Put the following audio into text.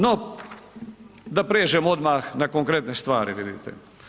No, da prijeđemo odmah na konkretne stvari vidite.